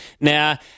Now